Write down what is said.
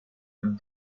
him